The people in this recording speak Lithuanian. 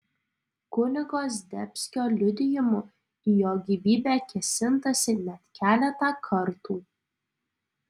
kunigo zdebskio liudijimu į jo gyvybę kėsintasi net keletą kartų